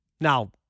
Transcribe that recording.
now